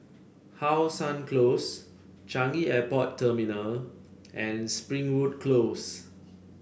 How Sun Close Changi Airport Terminal and Springwood Close